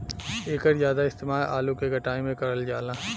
एकर जादा इस्तेमाल आलू के कटाई में करल जाला